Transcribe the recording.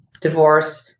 Divorce